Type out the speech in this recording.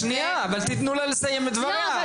שנייה, תנו לה לסיים את דבריה.